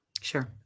Sure